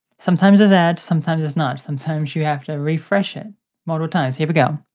sometimes there's ads, sometimes there's not. sometimes you have to refresh it multiple times. here we go.